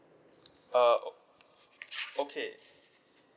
uh oh okay